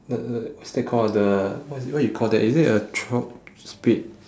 the the what's that called the what is it what you call that is it a trough spade